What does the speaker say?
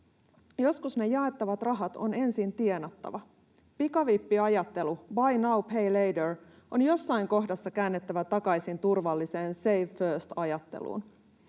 että ne jaettavat rahat on ensin tienattava. Pikavippiajattelu — buy now, pay later — on jossain kohdassa käännettävä takaisin turvalliseen save first ‑ajatteluun.